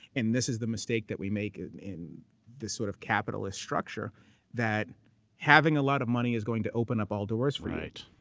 and this is the mistake that we make in this sort of capitalist structure that having a lot of money is going to open up all doors for